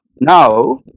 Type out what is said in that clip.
now